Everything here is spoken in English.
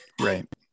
right